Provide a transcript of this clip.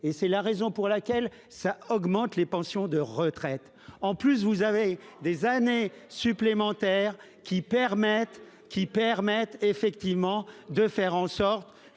et c'est la raison pour laquelle ça augmente les pensions de retraite. En plus vous avez des années supplémentaires qui permettent, qui permettent effectivement de faire en sorte